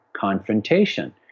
confrontation